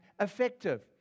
effective